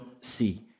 see